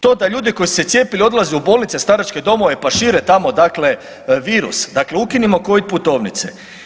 To da ljudi koji su se cijepili odlaze u bolnice, staračke domove pa šire tamo dakle virus, dakle ukinimo Covid putovnice.